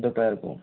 दोपहर को